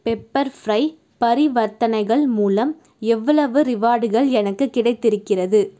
pepper fry பரிவர்த்தனைகள் மூலம் எவ்வளவு ரிவார்டுகள் எனக்குக் கிடைத்திருக்கிறது